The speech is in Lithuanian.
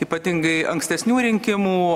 ypatingai ankstesnių rinkimų